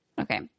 Okay